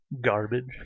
garbage